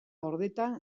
gordeta